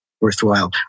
worthwhile